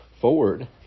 forward